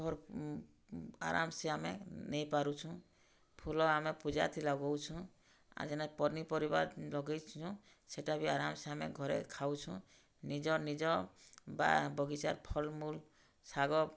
ଆରାମ୍ସେ ଆମେ ନେଇପାରୁଛୁଁ ଫୁଲ ଆମେ ପୂଜାଥି ଲଗଉଛୁଁ ଆଉ ଯେନେ ପନିପରିବା ଲଗେଇଛୁଁ ସେଟା ବି ଆରାମ୍ ସେ ଆମେ ଘରେ ଖାଉଛୁଁ ନିଜର୍ ନିଜର୍ ବାଡ଼ି ବଗିଚାର୍ ଫଲ୍ମୁଲ୍ ଶାଗ